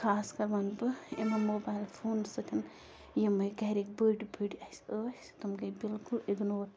خاص کَر وَنہٕ بہٕ یِمَن موبایِل فونہٕ سۭتۍ یِمَے گَرِکۍ بٔڑۍ بٔڑۍ اَسہِ ٲسۍ تِم گٔے بِلکُل اِگنور